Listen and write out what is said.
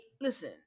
listen